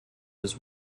his